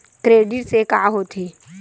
Credit से का होथे?